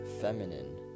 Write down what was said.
feminine